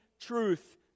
truth